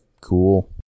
cool